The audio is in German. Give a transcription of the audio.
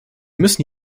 müssen